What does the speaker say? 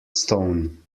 stone